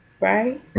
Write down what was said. Right